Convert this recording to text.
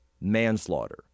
manslaughter